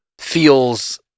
feels